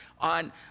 on